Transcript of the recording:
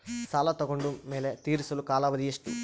ಸಾಲ ತಗೊಂಡು ಮೇಲೆ ತೇರಿಸಲು ಕಾಲಾವಧಿ ಎಷ್ಟು?